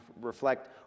reflect